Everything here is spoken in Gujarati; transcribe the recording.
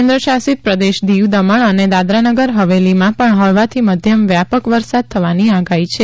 કેન્દ્ર શાસિત પ્રદેશ દીવ દમણ અને દાદરાનગર હવેલીમાં પણ હળવાથી મધ્યમ વ્યાપક વરસાદ થવાની આગાહી છે